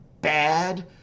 bad